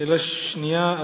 שאלה שנייה,